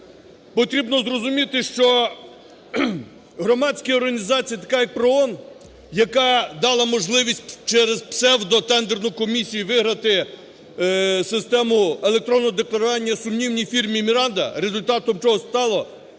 потрібно зрозуміти, що громадська організація така, як ПРООН, яка дала можливість через псевдотендерну комісію виграти систему електронного декларування сумнівній фірмі "Міранда", результатом чого став